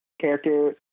character